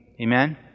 Amen